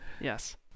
Yes